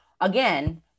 again